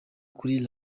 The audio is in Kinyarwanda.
kuri